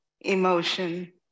emotion